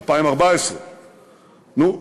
2014. נו,